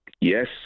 Yes